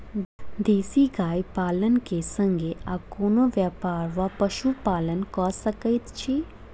देसी गाय पालन केँ संगे आ कोनों व्यापार वा पशुपालन कऽ सकैत छी?